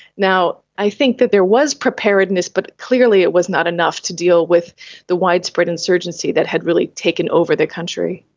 now, i think that there was preparedness but clearly it was not enough to deal with the widespread insurgency that had really taken over the country.